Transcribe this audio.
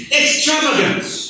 extravagance